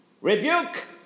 rebuke